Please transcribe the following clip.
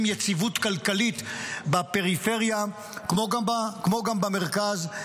יציבות כלכלית בפריפריה כמו גם במרכז,